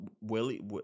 Willie